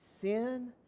sin